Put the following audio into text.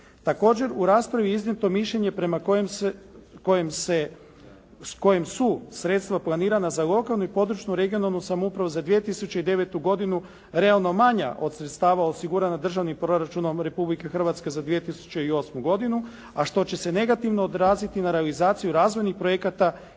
Također je u raspravi iznijeto mišljenje prema s kojim su sredstva planirana za lokalnu, područnu i regionalnu samoupravu za 2009. godinu realno manja od sredstava osigurana Državnim proračunom Republike Hrvatske za 2008. godinu, a što će se negativno odraziti na realizaciju razvojnih projekata